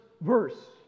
verse